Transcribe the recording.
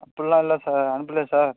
அப்புடிலாம் இல்லை சார் அனுப்பல சார்